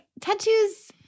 tattoos